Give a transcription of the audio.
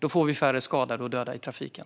Då får vi färre skadade och döda i trafiken.